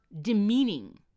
demeaning